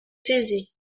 taisait